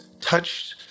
touched